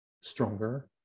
stronger